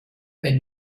wenn